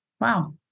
Wow